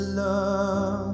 love